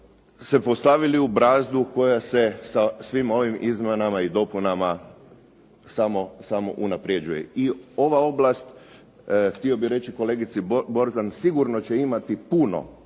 se postavili u brazdu koja se sa svim ovim izmjenama i dopunama samo unaprjeđuje. I ova oblast, htio bih reći kolegici Borzan, sigurno će imati puno